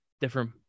different